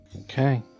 Okay